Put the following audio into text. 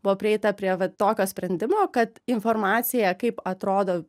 buvo prieita prie vat tokio sprendimo kad informacija kaip atrodo